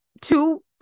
Two